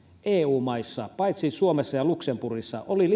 eu maissa paitsi suomessa ja luxemburgissa olivat